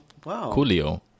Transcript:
Coolio